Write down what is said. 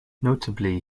notably